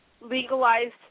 legalized